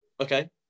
Okay